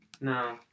No